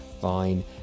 fine